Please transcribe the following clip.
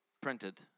printed